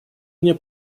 мне